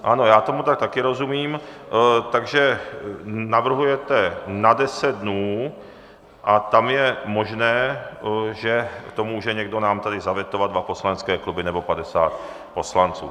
Ano, já tomu tak taky rozumím, takže navrhujete na 10 dnů a tam je možné, že to může někdo nám tady zavetovat, dva poslanecké kluby nebo 50 poslanců.